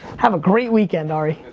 have a great weekend, ari.